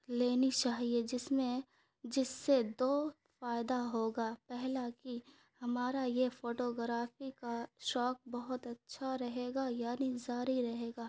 لینی چاہیے جس میں جس سے دو فائدہ ہوگا پہلا کہ ہمارا یہ فوٹوگرافی کا شوق بہت اچھا رہے گا یعنی جاری رہے گا